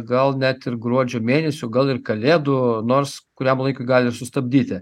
gal net ir gruodžio mėnesio gal ir kalėdų nors kuriam laikui gali ir sustabdyti